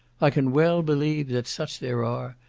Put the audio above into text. i can well believe that such there are,